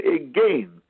again